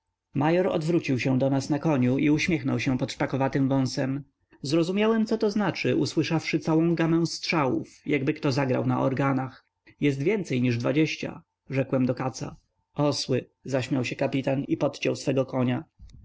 major odwrócił się do nas na koniu i uśmiechnął się pod szpakowatym wąsem zrozumiałem co to znaczy usłyszawszy całą gamę strzałów jakby kto zagrał na organach jest więcej niż dwadzieścia rzekłem do katza osły zaśmiał się kapitan i podciął swego konia